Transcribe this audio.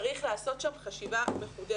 צריך לעשות שם חשיבה מחודשת.